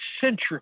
century